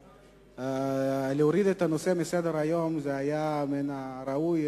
להוריד את הנושא מסדר-היום היה מן הראוי,